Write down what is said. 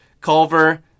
Culver